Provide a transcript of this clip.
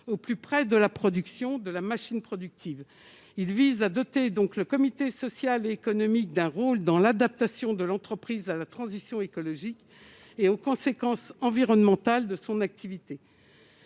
au plus près de la production de la machine productive, il vise à doter donc le comité social et économique d'un rôle dans l'adaptation de l'entreprise à la transition écologique et aux conséquences environnementales de son activité,